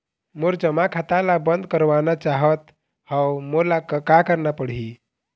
मोर जमा खाता ला बंद करवाना चाहत हव मोला का करना पड़ही?